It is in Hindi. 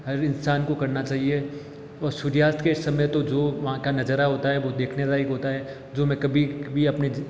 हर इंसान को करना चाहिए और सूर्यास्त के समय तो जो वहाँ का नज़ारा होता है वो देखने लायक होता है जो मैं कभी अपने जिन